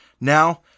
Now